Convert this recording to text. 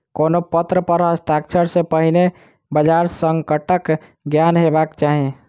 कोनो पत्र पर हस्ताक्षर सॅ पहिने बजार संकटक ज्ञान हेबाक चाही